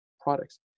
products